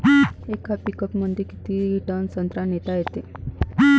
येका पिकअपमंदी किती टन संत्रा नेता येते?